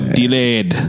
delayed